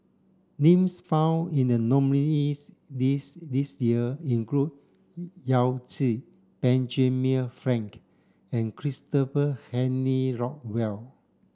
names found in the nominees' list this year include Yao Zi Benjamin Frank and Christopher Henry Rothwell